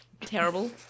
terrible